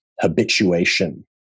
habituation